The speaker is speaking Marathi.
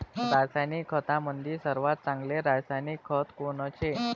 रासायनिक खतामंदी सर्वात चांगले रासायनिक खत कोनचे?